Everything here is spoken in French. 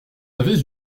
avez